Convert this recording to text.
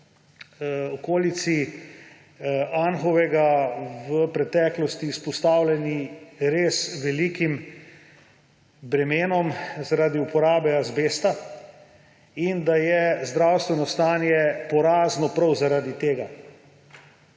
okolici Anhovega v preteklosti izpostavljeni res velikim bremenom zaradi uporabe azbesta in da je zdravstveno stanje porazno prav zaradi tega.